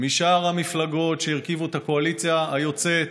משאר המפלגות שהרכיבו את הקואליציה היוצאת,